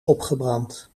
opgebrand